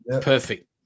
perfect